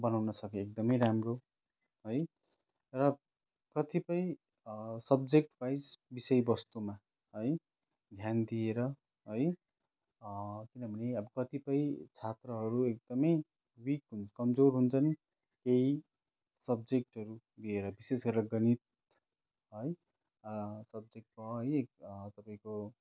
बनाउन सके एकदमै राम्रो है र कतिपय सब्जेक्ट वाइज विषय वस्तुमा है ध्यान दिएर है किनभने अब कतिपय छात्रहरू एकदमै विक हुन् कमजोर हुन्छन् केही सब्जेक्टहरू लिएर विशेष गरेर गणित है सब्जेक्टमा है एक तपाईँको